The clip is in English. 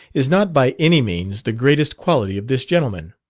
is not by any means the greatest quality of this gentleman.